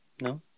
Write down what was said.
No